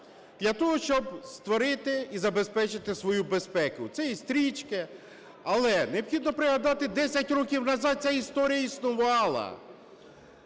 для того, щоб створити і забезпечити свою безпеку. Це і стрічки. Але необхідно пригадати, 10 років назад ця історія існувала.